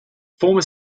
former